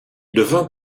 devint